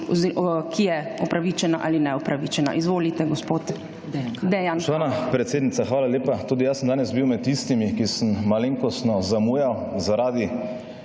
ki je opravičena ali neopravičena. Izvolite, gospod Dejan